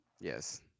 yes